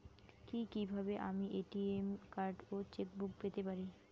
কি কিভাবে আমি এ.টি.এম কার্ড ও চেক বুক পেতে পারি?